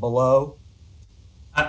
below